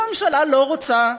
הממשלה לא רוצה.